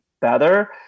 better